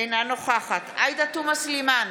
אינה נוכחת עאידה תומא סלימאן,